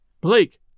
Blake